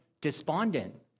despondent